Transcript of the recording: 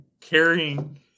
carrying